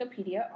Wikipedia